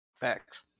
Facts